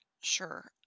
Sure